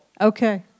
Okay